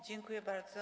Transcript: Dziękuję bardzo.